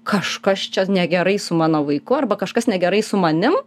kažkas čia negerai su mano vaiku arba kažkas negerai su manim